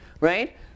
right